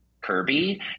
Kirby